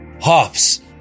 Hops